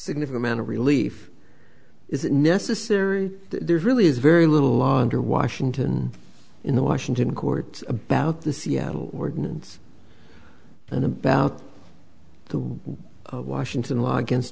significant amount of relief is it necessary there really is very little law under washington in the washington court about the seattle ordinance and about the washington law against